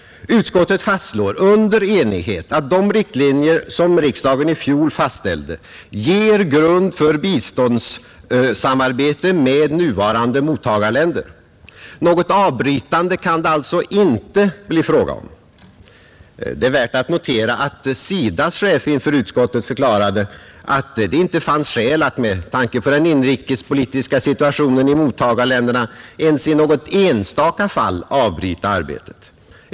Utskottet fastslår under enighet att de riktlinjer som riksdagen i fjol fastställde ”ger grund för biståndssamarbete med nuvarande mottagarländer”. Något avbrytande kan det alltså inte bli fråga om. Det är värt att notera, att SIDA:s chef inför utskottet förklarade att det inte fanns skäl att med tanke på den inrikespolitiska situationen i mottagarländerna ens i något enstaka fall avbryta arbetet.